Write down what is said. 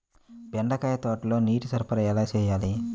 బెండకాయ తోటలో నీటి సరఫరా ఎలా చేయాలి?